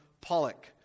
Pollock